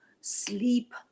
sleep